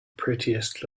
prettiest